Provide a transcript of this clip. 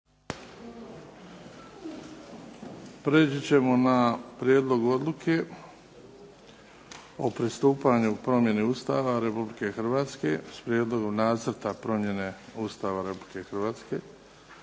Prijeći ćemo na –- Prijedlog Odluke o pristupanju promjeni Ustava Republike Hrvatske, s Prijedlogom Nacrta promjene Ustava Republike Hrvatske